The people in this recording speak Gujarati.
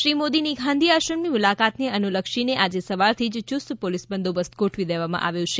શ્રી મોદીની ગાંધી આશ્રમની મુલાકાતને અનુલક્ષીને આજે સવારથી જ યુસ્ત પોલીસ બંદોબસ્ત ગોઠવી દેવામાં આવ્યો છે